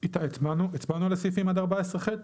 איתי הצבענו על הסעיפים עד 14ח?